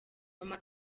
mama